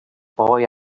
boy